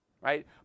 right